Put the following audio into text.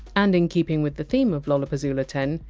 and in keeping with the theme of lollapuzzoola ten,